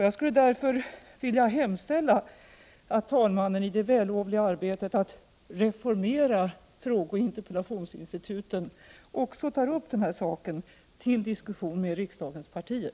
Jag skulle därför vilja hemställa att talmannan i det vällovliga arbetet att reformera frågeoch interpellationsinstituten också tar upp denna fråga till diskussion med riksdagens partier.